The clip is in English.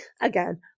Again